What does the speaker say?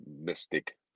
mystic